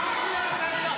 תוציא אותה.